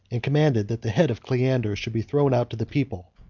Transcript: and commanded that the head of cleander should be thrown out to the people.